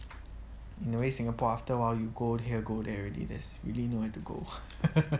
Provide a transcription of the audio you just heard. in a way singapore after awhile you go here go there already there's really nowhere to go